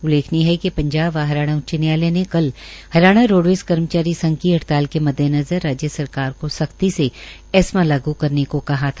उल्लेखनीय है कि पंजाब व हरियाणा उच्च न्यायालय ने कल हरियाणा रोडवेज कर्मचारी संघ की हड़ताल के मद्देनजर राज्य सरकार को सख्ती से एस्मा लागू करने को कहा था